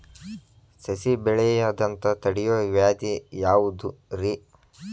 ಸಸಿ ಬೆಳೆಯದಂತ ತಡಿಯೋ ವ್ಯಾಧಿ ಯಾವುದು ರಿ?